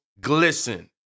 glisten